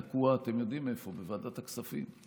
תקוע אתם יודעים איפה: בוועדת הכספים.